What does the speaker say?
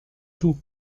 tout